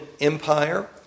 Empire